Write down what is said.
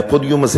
מהפודיום הזה,